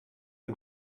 ein